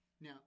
Now